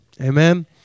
Amen